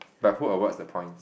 but who awards the points